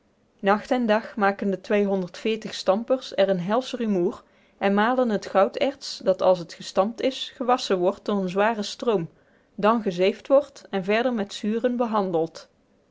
nacht en dag maken twee honderd veertig stampers er een helsch rumoer en malen het gouderts dat als het gestampt is gewasschen wordt door een zwaren stroom dan gezeefd wordt en verder met zuren behandeld